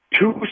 two